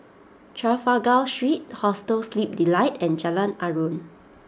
Trafalgar Street Hostel Sleep Delight and Jalan Aruan